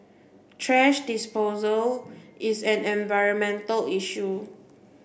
thrash disposal is an environmental issue